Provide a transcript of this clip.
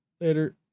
Later